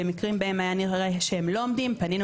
במקרים שבהם היה נראה שהם לא עומדים בכך פנינו